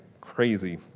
crazy